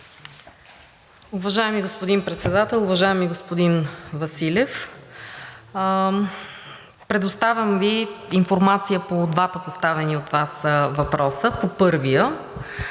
Уважаеми господин Председател, уважаеми господин Василев! Предоставям Ви информация по двата поставени от Вас въпроса. По първия.